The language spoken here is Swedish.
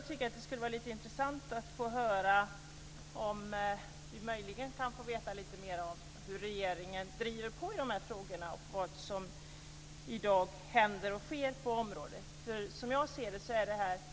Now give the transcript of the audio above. Det skulle vara lite intressant om vi möjligen kunde få veta lite grann mera om hur regeringen driver på i dessa frågor och vad som i dag händer och sker på området.